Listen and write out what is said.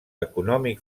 econòmic